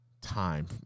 time